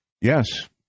yes